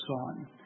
on